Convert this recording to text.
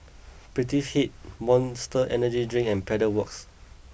Prettyfit Monster Energy Drink and Pedal Works